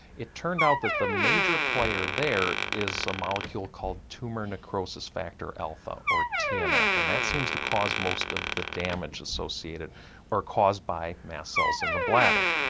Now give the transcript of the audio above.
it turned out that the major player there is a molecule called tumour necrosis factor alpha or tnf and that seems to cause most of the damage associated with or caused by mast cells in the bladder.